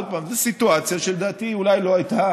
עוד פעם, זו סיטואציה שלדעתי אולי לא הייתה